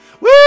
woo